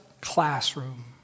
classroom